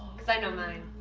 because i know mine.